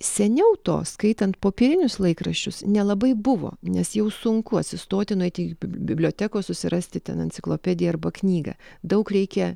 seniau to skaitant popierinius laikraščius nelabai buvo nes jau sunku atsistoti nueiti į bib bibliotekos susirasti ten enciklopediją arba knygą daug reikia